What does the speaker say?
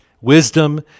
Wisdom